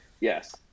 Yes